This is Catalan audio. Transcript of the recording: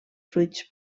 fruits